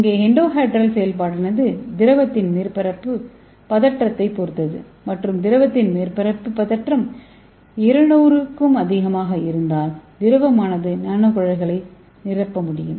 இங்கே எண்டோஹெட்ரல் செயல்பாடானது திரவத்தின் மேற்பரப்பு பதற்றத்தைப் பொறுத்தது மற்றும் திரவத்தின் மேற்பரப்பு பதற்றம் 200 க்கும் அதிகமாக இருந்தால் திரவமானது நானோகுழாய்களை நிரப்ப முடியும்